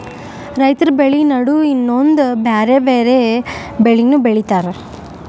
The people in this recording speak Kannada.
ರೈತರ್ ಬೆಳಿ ನಡು ಇನ್ನೊಂದ್ ಬ್ಯಾರೆ ಬ್ಯಾರೆ ಬೆಳಿನೂ ಬೆಳಿತಾರ್